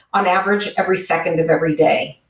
on average, every second of every day.